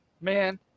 Man